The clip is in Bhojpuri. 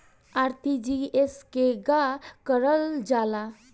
आर.टी.जी.एस केगा करलऽ जाला?